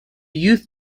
youth